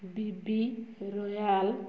B B royal